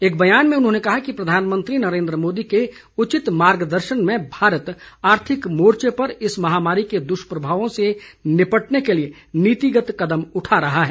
एक बयान में उन्होंने कहा कि प्रधानमंत्री नरेन्द्र मोदी के उचित मार्गदर्शन में भारत आर्थिक मोर्चे पर इस महामारी के दुष्प्रभावों से निपटने के लिए नीतिगत कदम उठा रहा है